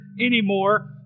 anymore